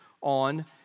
on